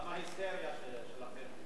גם ההיסטריה שלכם.